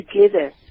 together